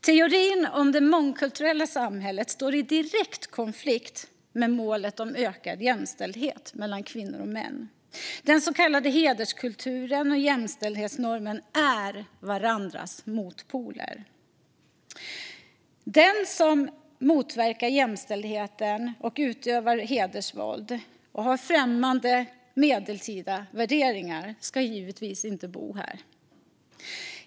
Teorin om det mångkulturella samhället står i direkt konflikt med målet om ökad jämställdhet mellan kvinnor och män. Den så kallade hederskulturen och jämställdhetsnormen är varandras motpoler. Den som motverkar jämställdheten och utövar hedersvåld och har främmande, medeltida värderingar ska givetvis inte bo här.